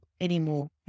anymore